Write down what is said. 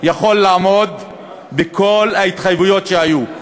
יכול לעמוד בכל ההתחייבויות שהיו?